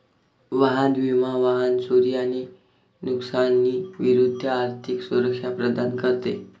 वाहन विमा वाहन चोरी आणि नुकसानी विरूद्ध आर्थिक सुरक्षा प्रदान करते